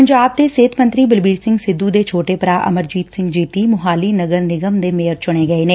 ਪੰਜਾਬ ਦੇ ਸਿਹਤ ਮੰਤਰੀ ਬਲਬੀਰ ਸਿੰਘ ਸਿੱਧੂ ਦੇ ਛੋਟੇ ਭਰਾ ਅਮਰਜੀਤ ਸਿੰਘ ਜੀਤੀ ਮੁਹਾਲੀ ਨਗਰ ਨਿਗਮ ਦੇ ਮੇਅਰ ਚੁਣੇ ਗਏ ਨੇ